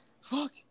fuck